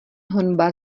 honba